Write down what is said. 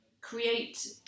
create